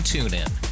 TuneIn